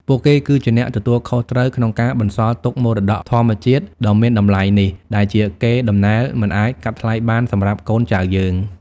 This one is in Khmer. ពួកគេគឺជាអ្នកទទួលខុសត្រូវក្នុងការ បន្សល់ទុកមរតកធម្មជាតិ ដ៏មានតម្លៃនេះ ដែលជាកេរ្តិ៍ដំណែលមិនអាចកាត់ថ្លៃបានសម្រាប់កូនចៅយើង។